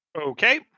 Okay